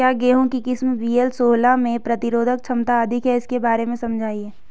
क्या गेहूँ की किस्म वी.एल सोलह में प्रतिरोधक क्षमता अधिक है इसके बारे में समझाइये?